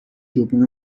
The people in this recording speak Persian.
جبران